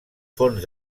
fons